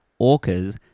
orcas